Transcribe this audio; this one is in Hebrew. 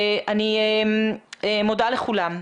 אני מודה לכולם.